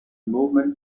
movement